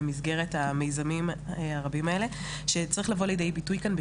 במסגרת המיזמים הרבים האלה שצריך לבוא לידי ביטוי כאן,